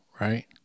right